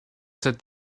seit